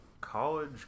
college